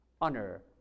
Honor